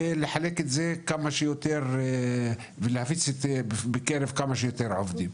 לחלק את זה כמה שיותר ולהפיץ את זה בקרב כמה שיותר עובדים,